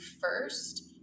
first